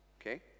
okay